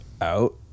out